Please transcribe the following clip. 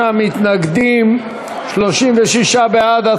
43 מתנגדים, 36 בעד.